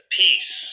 peace